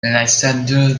alexander